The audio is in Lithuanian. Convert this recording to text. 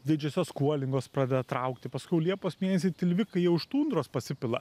didžiosios kuolingos pradeda traukti paskui jau liepos mėnesį tilvikai jau iš tundros pasipila